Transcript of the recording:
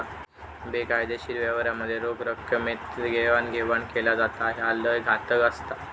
बेकायदेशीर व्यवहारांमध्ये रोख रकमेतच देवाणघेवाण केली जाता, ह्या लय घातक असता